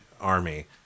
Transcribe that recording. army